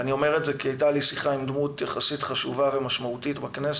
ואני אומר את זה כי הייתה לי שיחה עם דמות חשובה יחסית ומשמעותית בכנסת